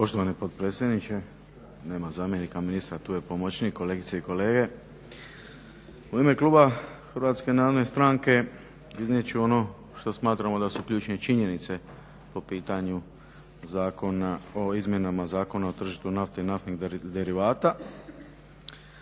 Poštovani potpredsjedniče, nema zamjenika ministra, tu je pomoćnik, kolegice i kolege. U ime kluba HNS-a iznijet ću ono što smatramo da su ključne činjenice po pitanju Zakona o izmjenama Zakona o tržištu nafte i naftnih derivata